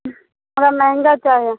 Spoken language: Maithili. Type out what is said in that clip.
हमरा महँगा चाही